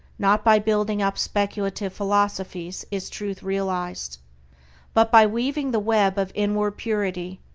not by building up speculative philosophies is truth realized but by weaving the web of inward purity,